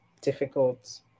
difficult